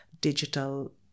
digital